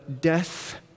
death